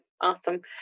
awesome